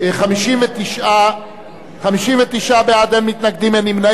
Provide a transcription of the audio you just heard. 59 בעד, אין מתנגדים, אין נמנעים.